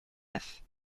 neuf